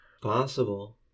Possible